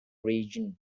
region